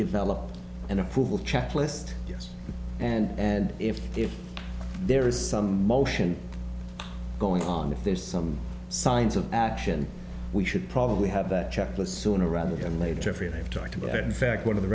developed an approval checklist yes and and if if there is some motion going on if there's some signs of action we should probably have that checklist sooner rather than later for you to have talked about in fact one of the